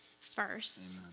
first